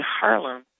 Harlem